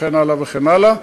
וכן הלאה וכן הלאה.